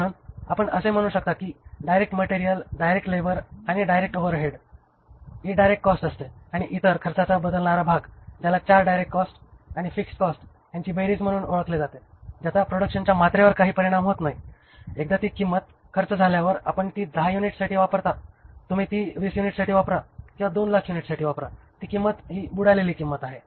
म्हणून आपण असे म्हणू शकता की डायरेक्ट मटेरियल डायरेक्ट लेबर आणि डायरेक्ट ओव्हरहेड्स ही डायरेक्ट कॉस्ट असते आणि इतर खर्चाचा बदलणारा भाग ज्याला 4 डायरेक्ट कॉस्ट आणि फिक्स्ड कॉस्ट यांची बेरीज म्हणून ओळखले जाते ज्याचा प्रोडक्शनच्या मात्रेवर काही परिणाम होत नाही एकदा ती किंमत खर्च झाल्यावर आपण ती 10 युनिट्ससाठी वापरता तुम्ही ती 20 युनिट्ससाठी वापरा किंवा 2 लाख युनिट्ससाठी वापरा ती किंमत ही बुडलेली किंमत आहे